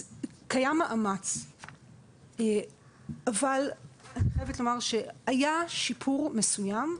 קיים מאמץ אבל אני חייבת לומר שהיה שיפור מסוים.